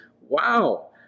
wow